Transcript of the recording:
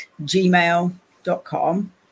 gmail.com